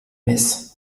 metz